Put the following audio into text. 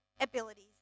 abilities